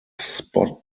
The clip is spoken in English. spot